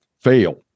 fail